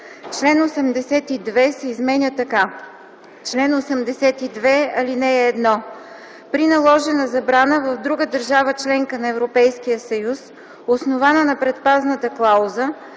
Член 82 се изменя така: „Чл. 82. (1) При наложена забрана в друга държава – членка на Европейския съюз, основана на предпазната клауза,